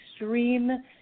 extreme